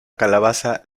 calabaza